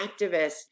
activists